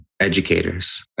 educators